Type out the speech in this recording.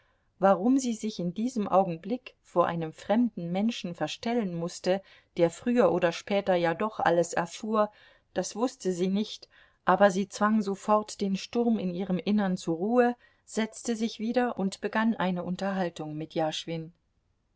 warum sie sich in diesem augenblick vor einem fremden menschen verstellen mußte der früher oder später ja doch alles erfuhr das wußte sie nicht aber sie zwang sofort den sturm in ihrem innern zur ruhe setzte sich wieder und begann eine unterhaltung mit jaschwin